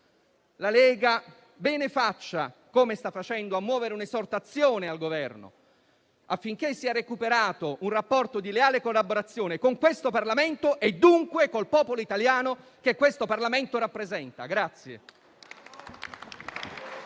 la Lega faccia bene, come sta facendo, a muovere un'esortazione al Governo affinché sia recuperato un rapporto di leale collaborazione con questo Parlamento e dunque col popolo italiano che questo Parlamento rappresenta